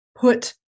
put